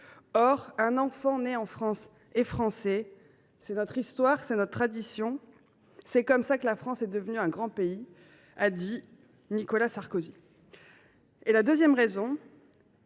« un enfant né en France est Français. C’est notre histoire. C’est notre tradition. C’est comme ça que la France est devenue un grand pays. » Ces mots sont de… Nicolas Sarkozy. La seconde raison,